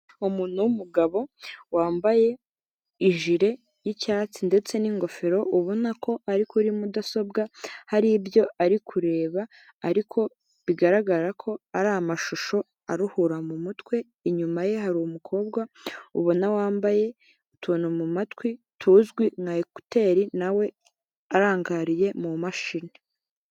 Umuntu w'umugabo wambaye ijire y'icyatsi ndetse n'ingofero, ubona ko ari kuri mudasobwa hari ibyo ari kureba ariko bigaragara ko ari amashusho aruhura mu mutwe, inyuma ye hari umukobwa ubona wambaye utuntu mu matwi tuzwi nka ekuteri nawe arangariye mu mashini.